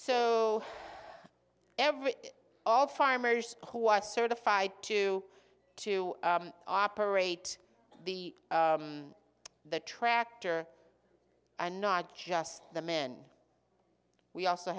so every all farmers who are certified to to operate the the tractor and not just the men we also